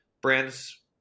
brands